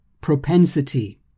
propensity